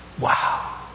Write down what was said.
wow